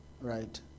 right